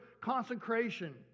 consecration